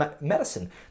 medicine